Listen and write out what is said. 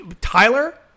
Tyler